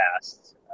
past